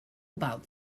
about